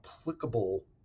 applicable